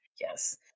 Yes